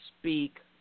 speak